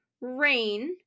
rain